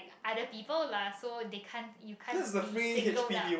other people lah so they can't you can't be single up